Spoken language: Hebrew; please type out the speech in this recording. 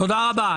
תודה רבה.